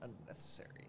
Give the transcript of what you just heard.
unnecessary